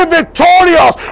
victorious